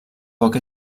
poc